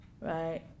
right